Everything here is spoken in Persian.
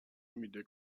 میده